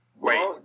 Wait